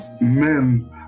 men